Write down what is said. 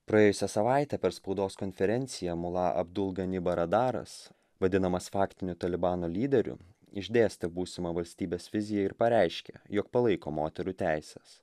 praėjusią savaitę per spaudos konferenciją mula abdul ganiba radaras vadinamas faktiniu talibano lyderiu išdėstė būsimą valstybės viziją ir pareiškė jog palaiko moterų teises